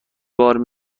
بار